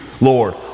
Lord